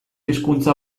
hizkuntza